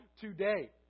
today